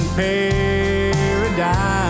paradise